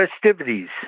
festivities